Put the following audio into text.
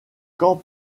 quand